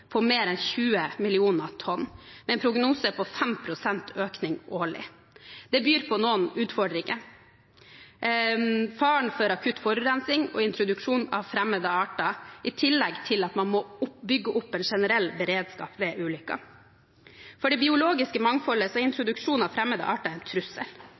på mer enn 20 millioner tonn, med en prognose på 5 pst. økning årlig. Det byr på noen utfordringer: Faren for akutt forurensing og introduksjon av fremmede arter, i tillegg til at man må bygge opp en generell beredskap ved ulykker. For det biologiske mangfoldet er introduksjon av fremmede arter en trussel.